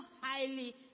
highly